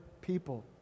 people